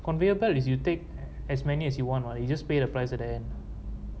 conveyor belt is you take as many as you want mah you just pay the price at the endcc